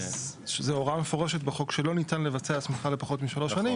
אז זו הוראה מפורשת בחוק שלא ניתן לבצע הסמכה לפחות משלוש שנים,